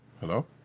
hello